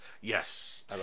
Yes